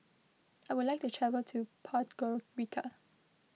I would like to travel to Podgorica